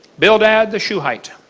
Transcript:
bildad the shuhite.